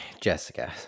Jessica